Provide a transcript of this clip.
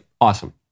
Awesome